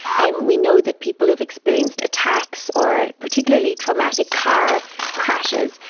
and we know that people have experienced attacks or particularly traumatic car crashes,